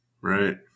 Right